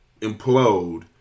implode